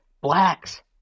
Blacks